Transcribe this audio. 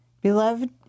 Beloved